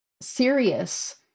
serious